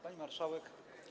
Pani Marszałek!